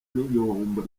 n’igihombo